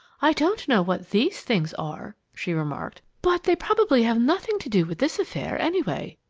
i don't know what these things are, she remarked, but they probably have nothing to do with this affair, anyway.